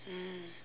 mm